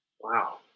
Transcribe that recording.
Wow